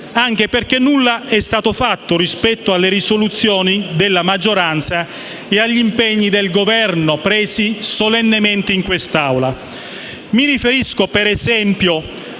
anche perché nulla è stato fatto rispetto alle risoluzioni della maggioranza e agli impegni del Governo presi solennemente in quest'Aula. Mi riferisco, per esempio,